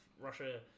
russia